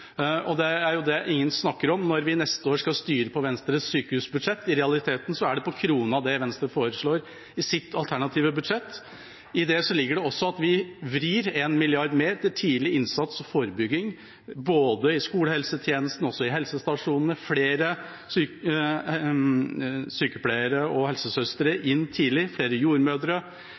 og det er det ingen snakker om når vi neste år skal styre på Venstres sykehusbudsjett. I realiteten er det på krona det Venstre foreslår i sitt alternative budsjett. I det ligger det også at vi vrir én milliard mer til tidlig innsats og forebygging, både i skolehelsetjenesten og på helsestasjonene – flere sykepleiere og helsesøstre inn tidlig, flere jordmødre.